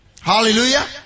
Hallelujah